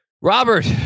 Robert